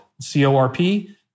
c-o-r-p